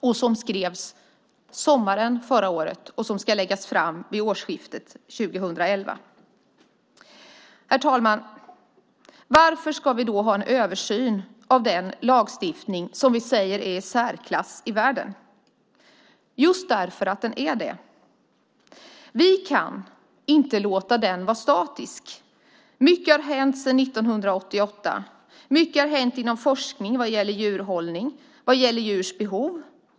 Det skrevs i somras, och utredningen läggas fram vid årsskiftet 2011. Herr talman! Varför ska vi ha en översyn av den lagstiftning som vi säger är i särklass i världen? Jo, just för att den är det. Vi kan inte låta den vara statisk. Mycket har hänt sedan 1988. Mycket har hänt inom forskningen vad gäller djurhållning och djurs behov.